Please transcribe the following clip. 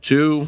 Two